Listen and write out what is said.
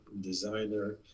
designer